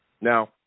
Now